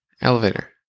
Elevator